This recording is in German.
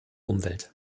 umwelt